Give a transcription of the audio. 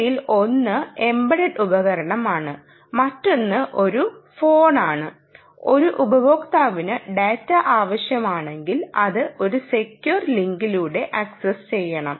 ഇവയിൽ ഒന്ന് എംബെടെട് ഉപകരണമാണ് മറ്റൊന്ന് ഒരു ഫോണാണ് ഒരു ഉപഭോക്താവിന് ഡാറ്റ ആവശ്യമാണെങ്കിൽ അത് ഒരു സെക്യൂവർ ലിങ്കിലൂടെ ആക്സസ് ചെയ്യണം